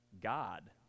God